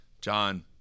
john